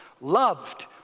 Loved